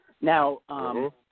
Now